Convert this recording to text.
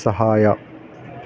ಸಹಾಯ